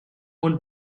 own